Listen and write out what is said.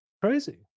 crazy